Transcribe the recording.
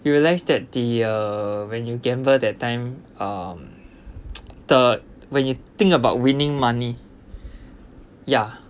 we realised that the uh when you gamble that time um the when you think about winning money ya